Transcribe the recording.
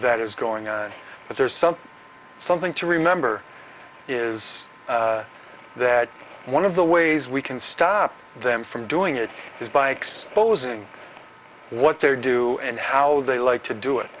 that is going on but there's something something to remember is that one of the ways we can stop them from doing it is bikes posing what they do and how they like to do it